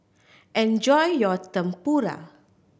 enjoy your Tempura